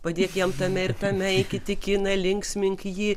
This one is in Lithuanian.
padėk jam tame ir tame eikit į kiną linksmink jį